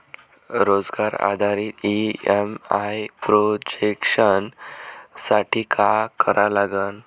रोजगार आधारित EMI projection साठी का करा लागन?